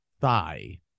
thigh